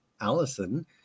Allison